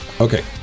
okay